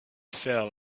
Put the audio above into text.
fell